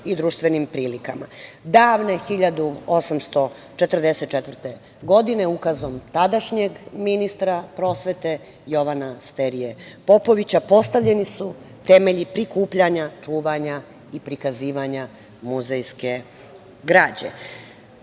i društvenim prilikama. Davne 1844. godine Ukazom tadašnjeg ministra prosvete Jovana Sterije Popovića postavljeni su temelji prikupljanja, čuvanja i prikazivanja muzejske